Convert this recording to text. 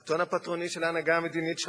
הטון הפטרוני של ההנהגה המדינית שלנו